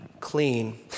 Clean